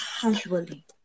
casually